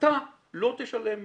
אתה לא תשלם מס.